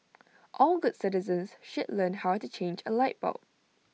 all good citizens should learn how to change A light bulb